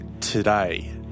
today